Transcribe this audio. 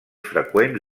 freqüent